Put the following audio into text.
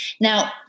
Now